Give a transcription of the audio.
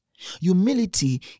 humility